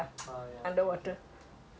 quietness